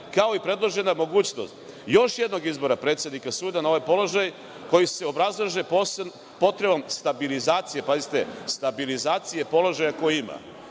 kao i predložena mogućnost još jednog izbora predsednika suda na ovaj položaj koji se obrazlaže potrebom stabilizacije položaja koji